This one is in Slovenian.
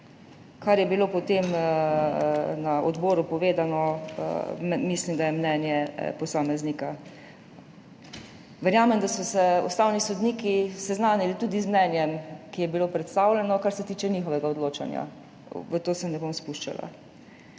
Kar je bilo potem na odboru povedano, mislim, da je mnenje posameznika. Verjamem, da so se ustavni sodniki seznanili tudi z mnenjem, ki je bilo predstavljeno, kar se tiče njihovega odločanja. V to se ne bom spuščala.